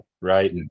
right